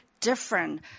different